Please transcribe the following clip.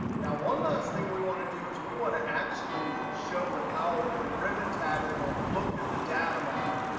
now, one last thing we want to do is we want to actually show the power pivot ribbon tab and go look at the data model.